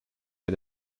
had